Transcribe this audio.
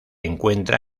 encuentra